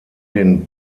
den